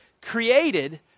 created